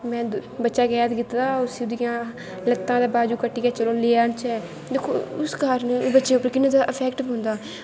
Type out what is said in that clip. में बच्चा कैद कीता दा ओह्दियां लत्तां ते बाज़ू कट्टियै चलो आह्नचै दिक्खो उस कारन बच्चें पर किन्ना जादा इफैक्ट पौंदा